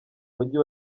mujyi